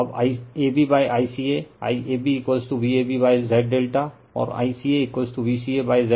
अब IAB ICA IAB Vab Z ∆ और ICA Vca Z ∆